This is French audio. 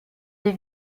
des